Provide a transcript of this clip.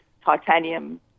titanium